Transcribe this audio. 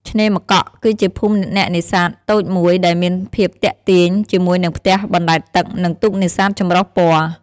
ឆ្នេរម្កក់ គឺជាភូមិអ្នកនេសាទតូចមួយដែលមានភាពទាក់ទាញជាមួយនឹងផ្ទះបណ្តែតទឹក និងទូកនេសាទចម្រុះពណ៌។